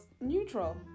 Neutral